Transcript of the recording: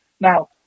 now